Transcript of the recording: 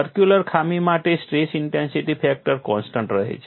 circular ખામી માટે stress intensity factor constant રહે છે